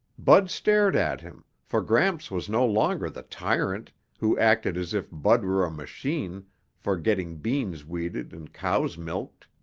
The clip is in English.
bud stared at him, for gramps was no longer the tyrant who acted as if bud were a machine for getting beans weeded and cows milked.